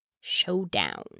Showdown